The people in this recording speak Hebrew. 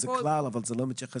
מה מדובר